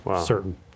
certain